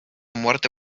muerte